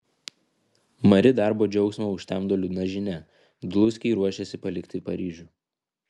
mari darbo džiaugsmą užtemdo liūdna žinia dluskiai ruošiasi palikti paryžių